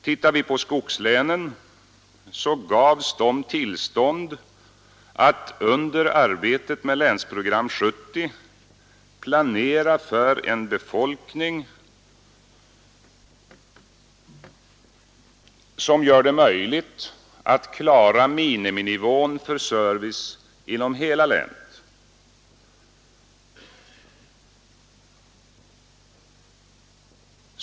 Tittar vi på skogslänen finner vi att de gavs tillstånd att under arbetet med Länsprogram 70 planera för en befolkning som gör det möjligt att klara miniminivån för service inom hela länet.